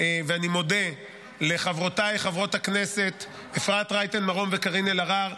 ואני מודה לחברותיי חברות הכנסת אפרת רייטן מרום וקארין אלהרר,